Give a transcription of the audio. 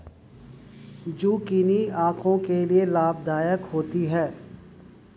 zucchini आंखों के लिए लाभदायक होती है